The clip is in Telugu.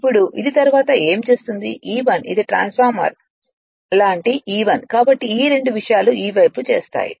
ఇప్పుడు ఇది తరువాత ఏమి చేస్తుంది E1 ఇది ట్రాన్స్ఫార్మర్ లాంటి E1 కాబట్టి ఈ రెండు విషయాలు ఈ వైపు చేస్తాయి